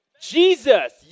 Jesus